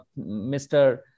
Mr